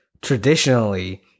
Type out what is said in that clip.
traditionally